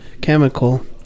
Chemical